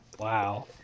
Wow